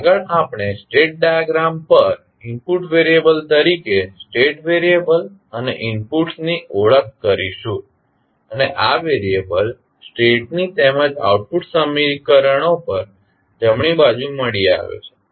હવે આગળ આપણે સ્ટેટ ડાયાગ્રામ પર ઇનપુટ વેરીયબલ તરીકે સ્ટેટ વેરિયબલ અને ઇનપુટ્સની ઓળખ કરીશું અને આ વેરિયબલ સ્ટેટની તેમજ આઉટપુટ સમીકરણો પર જમણી બાજુ મળી આવે છે